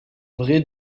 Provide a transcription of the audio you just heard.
vrai